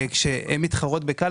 כשהן מתחרות בכאל,